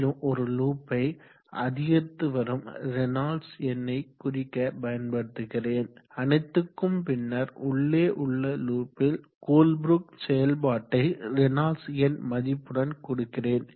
மேலும் ஒரு லூப்பை அதிகரித்து வரும் ரேனால்ட்ஸ் எண்ணை குறிக்க பயன்படுத்துகிறேன் அனைத்துக்கும் பின்னர் உள்ளே உள்ள லூப்பில் கோல்ப்ரூக் செயல்பாட்டை ரேனால்ட்ஸ் எண் மதிப்புடன் கொடுக்கிறேன்